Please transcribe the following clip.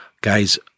guys